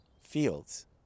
fields